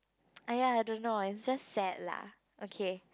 !aiya! I don't know I just sad lah okay